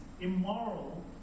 immoral